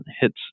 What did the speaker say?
hits